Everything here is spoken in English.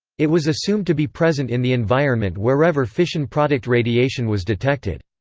it was assumed to be present in the environment wherever fission product radiation was detected.